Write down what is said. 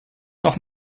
noch